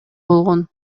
болгон